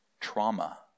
trauma